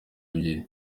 ebyiri